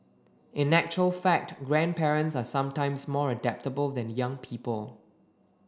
in actual fact grandparents are sometimes more adaptable than young people